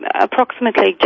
approximately